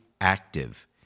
active